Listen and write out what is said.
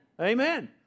Amen